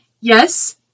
yes